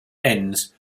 ends